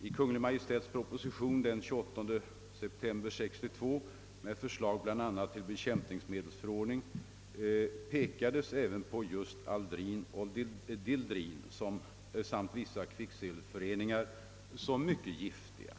I Kungl. Maj:ts proposition den 28 september 1962 med förslag till bl.a. bekämpningsmedelsförordning påpekades även att aldrin och dieldrin samt vissa kvicksilverföreningar var mycket giftiga.